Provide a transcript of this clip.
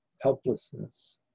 helplessness